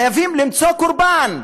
חייבים למצוא קורבן.